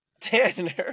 Tanner